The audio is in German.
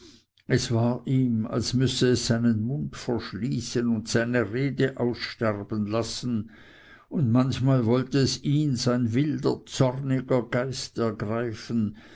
es war ihm als müsse es seinen mund verschließen und seine rede aussterben lassen und manchmal wollte ihns ein wilder zorniger geist ergreifen